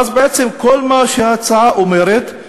ואז בעצם כל מה שההצעה אומרת,